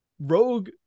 Rogue